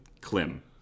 Klim